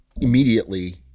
immediately